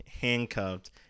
handcuffed